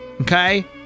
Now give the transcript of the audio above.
okay